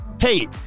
Hey